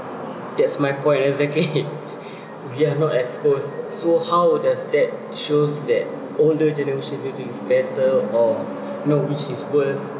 that's my point exactly we are not exposed so how does that show that older generation do things better or know which is worse